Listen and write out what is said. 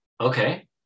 Okay